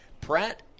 Pratt